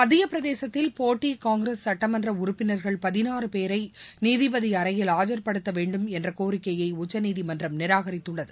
மத்தியப்பிரதேசத்தில் போட்டிகாங்கிரஸ் சட்டமன்றஉறப்பினர்கள் பதினாறபேரரநீதிபதிஅறையில் ஆஜர்படுத்தவேண்டும் என்றகோரிக்கையைஉச்சநீதிமன்றம் நிராகரித்துள்ளது